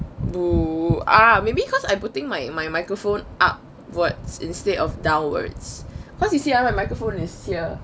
boo ah maybe cause I'm putting my my microphone upwards instead of downwards cause you see ah my microphone is here